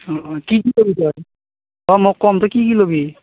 অঁ অঁ কি কি ল'বি তই অঁ মই কম তই কি কি ল'বি